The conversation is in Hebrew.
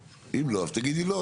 אם לא, אז תגידי לא.